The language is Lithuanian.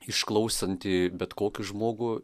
išklausanti bet kokį žmogų